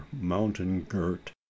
mountain-girt